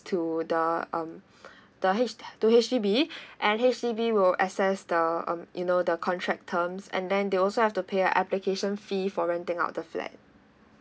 to the um the H~ to H_D_B and H_D_B will access the um you know the contract terms and then they also have to pay a application fee for renting out the flat